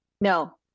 No